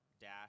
dash